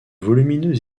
volumineux